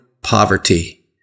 poverty